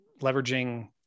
leveraging